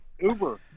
Uber